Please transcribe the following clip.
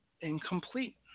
incomplete